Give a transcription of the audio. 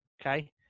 okay